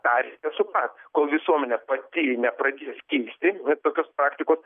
tą reikia suprast kol visuomenė pati nepradės keisti tokios praktikos